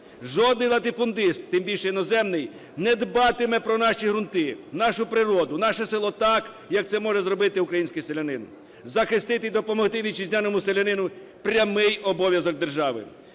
Жоден латифундист, тим більше іноземний, не дбатиме про наші ґрунти, нашу природу, наше село так, як це може зробити український селянин. Захистити і допомогти вітчизняному селянину – прямий обов'язок держави.